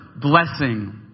blessing